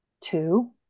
two